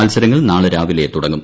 മത്സരങ്ങൾ നാളെ രാവിലെ തുടങ്ങും